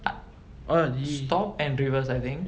uh stop and reverse I think